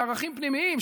ערכים פנימיים,